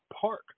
Park